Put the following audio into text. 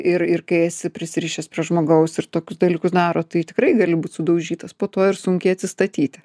ir ir kai esi prisirišęs prie žmogaus ir tokius dalykus daro tai tikrai gali būt sudaužytas po to ir sunkiai atsistatyti